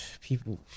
People